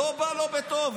לא בא לו בטוב.